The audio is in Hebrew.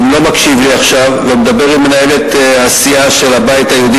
שלא מקשיב לי עכשיו ומדבר עם מנהלת הסיעה של הבית היהודי,